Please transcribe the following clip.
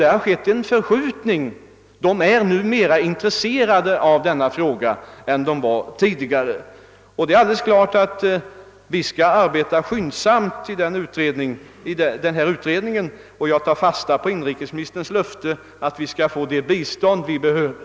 Det har skett en förskjutning i dessa organisationers inställning och de är nu mera intresserade av denna fråga än de var tidigare. : Självfallet. .skall vi inom denpa utredning arbeta skyndsamt, och jag tar fasta på inrikesministerns löfte att vi skall få:.det bistånd vi behöver.